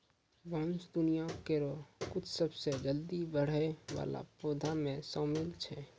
बांस दुनिया केरो कुछ सबसें जल्दी बढ़ै वाला पौधा म शामिल छै